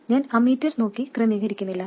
ഞാൻ അമ്മീറ്റർ നോക്കി ക്രമീകരിക്കുന്നില്ല